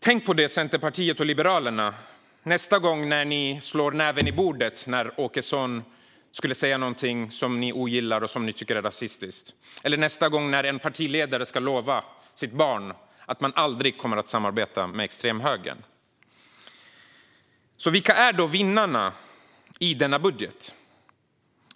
Tänk på detta, Centerpartiet och Liberalerna, nästa gång ni slår näven i bordet när Åkesson säger något ni ogillar eller tycker är rasistiskt eller nästa gång en partiledare ska lova sitt barn att man aldrig kommer att samarbeta med extremhögern! Vilka är då vinnarna i denna budget?